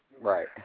Right